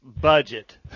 Budget